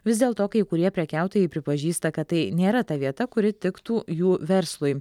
vis dėlto kai kurie prekiautojai pripažįsta kad tai nėra ta vieta kuri tiktų jų verslui